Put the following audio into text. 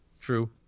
True